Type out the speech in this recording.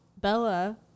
Bella